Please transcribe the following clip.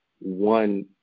one